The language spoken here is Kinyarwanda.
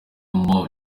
more